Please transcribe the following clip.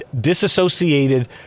disassociated